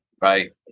right